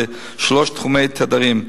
לשלושה תחומי תדרים,